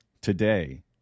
today